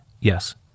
Yes